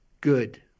good